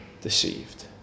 deceived